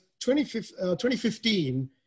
2015